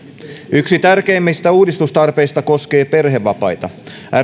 yksi tärkeimmistä uudistustarpeista koskee perhevapaita rkp